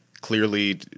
clearly